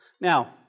Now